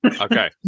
Okay